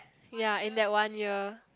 yea in that one year